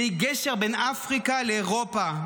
שהיא גשר בין אפריקה לאירופה,